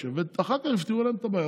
ואחר כך יפתרו להם את הבעיה,